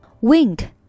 Wink